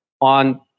on